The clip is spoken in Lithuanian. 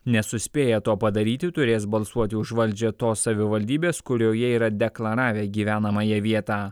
nesuspėję to padaryti turės balsuoti už valdžią tos savivaldybės kurioje yra deklaravę gyvenamąją vietą